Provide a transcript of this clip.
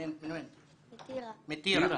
מטירה.